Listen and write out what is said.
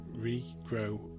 regrow